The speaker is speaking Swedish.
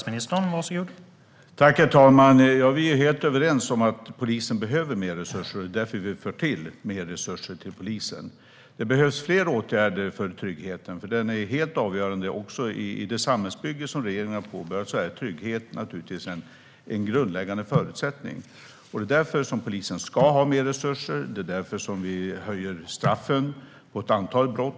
Herr talman! Vi är helt överens om att polisen behöver mer resurser. Det är därför vi för till mer resurser till polisen. Det behövs fler åtgärder för tryggheten. Den är helt avgörande. I det samhällsbygge som regeringen har påbörjat är trygghet en grundläggande förutsättning. Det är därför som polisen ska ha mer resurser. Det är därför som vi höjer straffen för ett antal brott.